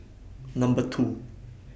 Number two